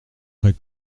frais